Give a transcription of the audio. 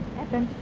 evan,